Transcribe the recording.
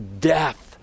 death